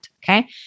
Okay